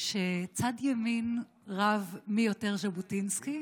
שצד ימין רב מי יותר ז'בוטינסקי